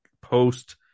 Post